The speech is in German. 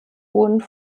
bund